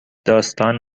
داستان